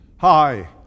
hi